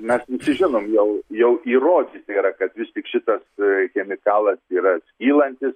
mes visi žinom jau jau įrodyta yra kad vis tik šitas chemikalas yra skylantis